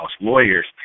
lawyers